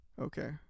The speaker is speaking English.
Okay